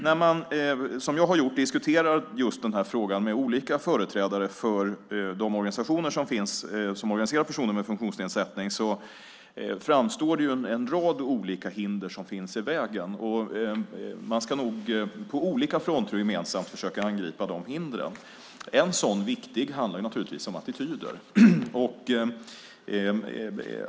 När man, som jag har gjort, diskuterar just den här frågan med olika företrädare för de organisationer som finns som organiserar personer med funktionsnedsättning framgår det att det finns en rad olika hinder i vägen. Man ska nog på olika fronter gemensamt försöka angripa de hindren. Ett sådant viktigt handlar naturligtvis om attityder.